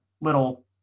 little